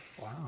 wow